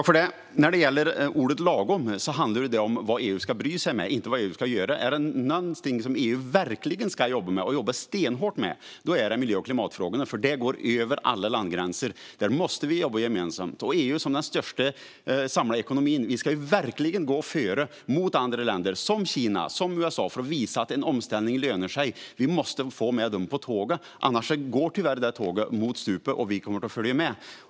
Fru talman! Vad gäller ordet "lagom" handlar det om vad EU ska bry sig om, inte vad EU ska göra. Är det något som EU ska jobba stenhårt med är det miljö och klimatfrågorna, för det går över alla landgränser. Här måste vi jobba gemensamt. Som den största samlade ekonomin ska EU verkligen gå före och visa andra länder, som Kina och USA, att en omställning lönar sig. Vi måste få med dem på tåget. Annars går tåget mot stupet, och vi kommer att följa med.